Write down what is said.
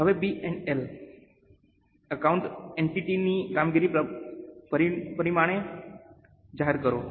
હવે P અને L account એન્ટિટીની કામગીરીના પરિણામો જાહેર કરે છે